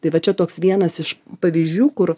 tai va čia toks vienas iš pavyzdžių kur